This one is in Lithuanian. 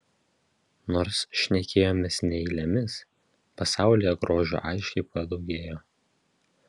nors šnekėjomės ne eilėmis pasaulyje grožio aiškiai padaugėjo